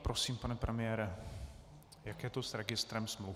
Prosím, pane premiére, jak je to s registrem smluv?